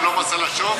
ולא מס על השווי.